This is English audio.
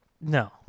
No